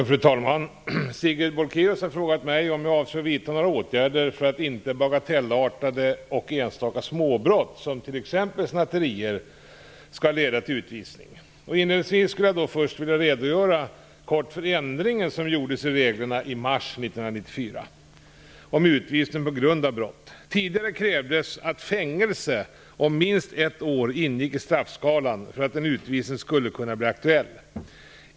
Fru talman! Sigrid Bolkéus har frågat mig om jag avser att vidta några åtgärder för att inte bagatellartade och enstaka småbrott, t.ex. snatterier, skall leda till utvisning. Inledningsvis vill jag kort redogöra för ändringen som gjordes i reglerna i mars 1994 om utvisning på grund av brott. Tidigare krävdes att fängelse om minst ett år ingick i straffskalan för att utvisning skulle kunna bli aktuell.